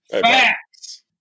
facts